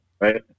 Right